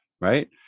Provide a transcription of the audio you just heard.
right